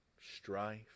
strife